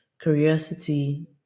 curiosity